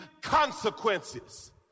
consequences